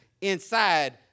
inside